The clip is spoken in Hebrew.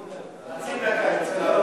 חצי דקה,